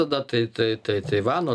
tada tai tai tai taivano